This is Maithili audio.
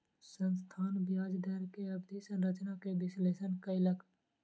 संस्थान ब्याज दर के अवधि संरचना के विश्लेषण कयलक